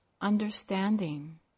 understanding